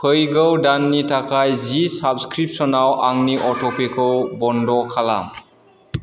फैगौ दाननि थाखाय जि साब्सक्रिपसनाव आंनि अट'पेखौ बन्द' खालाम